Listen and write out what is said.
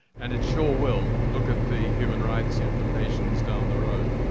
and it sure will, look at the human rights implications down the road.